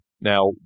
Now